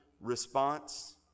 response